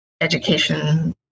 education